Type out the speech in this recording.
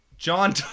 John